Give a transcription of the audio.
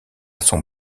son